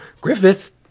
Griffith